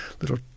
little